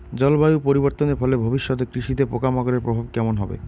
জলবায়ু পরিবর্তনের ফলে ভবিষ্যতে কৃষিতে পোকামাকড়ের প্রভাব কেমন হবে?